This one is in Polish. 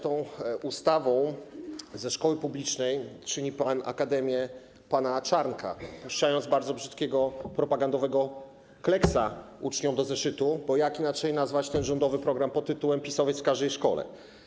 Tą ustawą ze szkoły publicznej czyni pan akademię pana Czarnka, puszczając bardzo brzydkiego propagandowego kleksa uczniom do zeszytu, bo jak inaczej nazwać ten rządowy program pt.: PiS-owiec w każdej szkole.